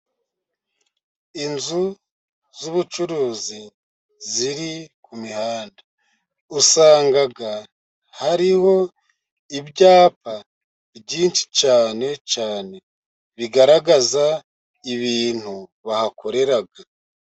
Inzu z'ubucuruzi ziri ku mihanda, usanga hariho ibyapa byinshi cyane cyane bigaragaza ibintu bahakorera.